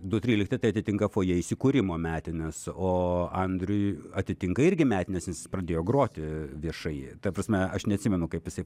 du trylikti tai atitinka fojė įsikūrimo metines o andriui atitinka irgi metines nes jis pradėjo groti viešai ta prasme aš neatsimenu kaip jisai